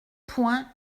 point